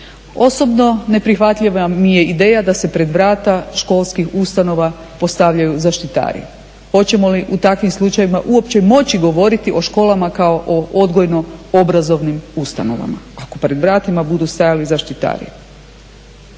Osobno ne prihvatljiva mi je ideja da se pred vrata školskih ustanova postavljaju zaštitari. Hoćemo li u takvim slučajevima uopće moći govoriti o školama kao o odgojno obrazovnim ustanovama ako pred vratima budu stajali zaštitari.